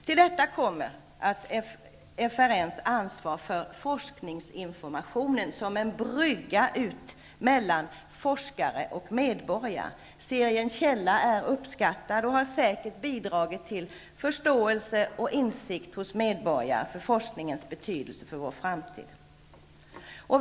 Till detta kommer FRN:s ansvar för forskningsinformationen som en brygga mellan forskare och medborgare. Den är uppskattad och har säkert bidragit till förståelse och insikt hos medborgare för forskningens betydelse för vår framtid.